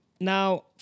now